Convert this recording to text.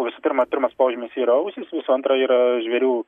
visų pirma pirmas požymis yra ausys visų antra yra žvėrių